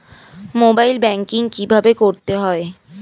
Mobile banking কীভাবে করতে হয়?